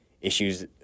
issues